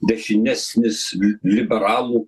dešinesnis li liberalų